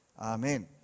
Amen